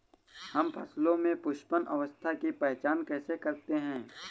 हम फसलों में पुष्पन अवस्था की पहचान कैसे करते हैं?